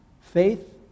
faith